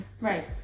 right